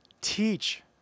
teach